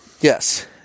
Yes